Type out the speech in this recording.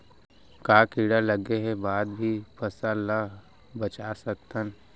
का कीड़ा लगे के बाद भी हमन फसल ल बचा सकथन?